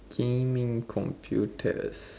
gaming computers